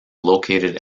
located